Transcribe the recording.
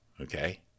okay